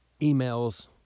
emails